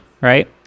right